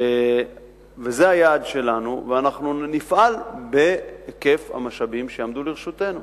זה היעד שלנו ואנחנו נפעל בהיקף המשאבים שיעמדו לרשותנו.